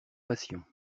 passions